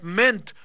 meant